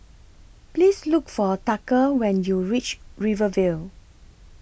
Please Look For Tucker when YOU REACH Rivervale